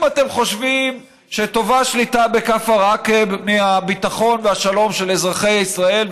אם אתם חושבים שטובה שליטה בכפר עקב מהביטחון והשלום של אזרחי ישראל,